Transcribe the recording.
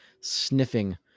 sniffing